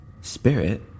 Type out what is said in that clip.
Spirit